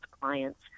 clients